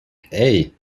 hey